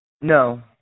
No